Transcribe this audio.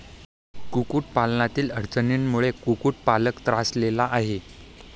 कुक्कुटपालनातील अडचणींमुळे कुक्कुटपालक त्रासलेला आहे